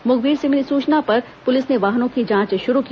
मुखबिर से मिली सूचना पर पुलिस ने वाहनों की जांच शुरू की